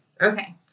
okay